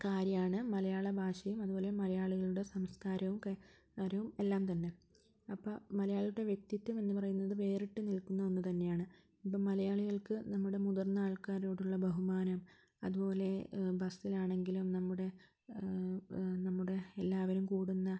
കാര്യമാണ് മലയാള ബാശയും അതുപോലെ മലയാളികളുടെ സംസ്കാരവുമൊക്കെ രവും എല്ലാം തന്നെ അപ്പോൾ മലയാളിയുടെ വ്യക്തിത്വം എന്ന് പറയുന്നത് വേറിട്ട നിൽക്കുന്ന ഒന്ന് തന്നെയാണ് ഇപ്പോൾ മലയാളികൾക്ക് നമ്മുടെ മുതിർന്ന ആൾക്കാരോടുള്ള ബഹുമാനം അതുപ്പോലെ ബസ്സിലാണെങ്കിലും നമ്മുടെ നമ്മുടെ എല്ലാവരും കൂടുന്ന